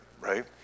right